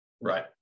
Right